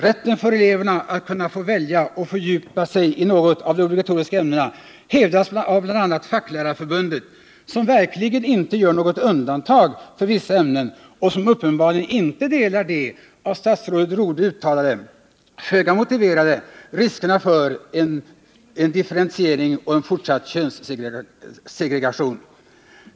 Rätten för eleverna att kunna välja att fördjupa sig i något av de obligatoriska ämnena hävdas av bl.a. Facklärarförbundet, som verkligen inte gör några undantag för vissa ämnen och som uppenbarligen inte delar de av statsrådet Rodhe uttalade, föga motiverade, riskerna för en differentiering och en fortsatt könssegregation.